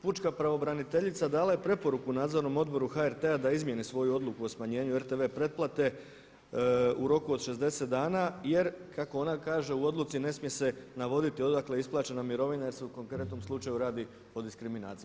Pučka pravobraniteljica dala je preporuku Nadzornom odboru HRT-a da izmijeni svoju odluku o smanjenju RTV pretplate u roku od 60 dana jer kako ona kaže u odluci ne smije se navoditi odakle je isplaćena mirovina jer se u konkretnom slučaju radi o diskriminaciji.